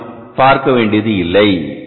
இதை நாம் பார்க்க வேண்டியது இல்லை